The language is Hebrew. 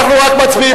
אנחנו רק מצביעים,